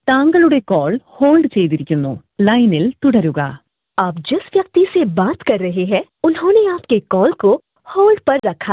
താങ്കളുടെ call hold ചെയ്തിരിക്കുന്നു ലൈനിൽ തുടരുക അബ് ജിസ് വ്യക്തിസെ ബാത് കർ രഹേഹെ ഉൻഹോനെ ആപ് കെ കോൾ കോ ഹോൾഡ് പർ രഖാ